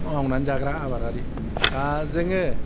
मावनानै जाग्रा आबादारि दा जोङो